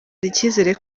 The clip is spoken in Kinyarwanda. icyizere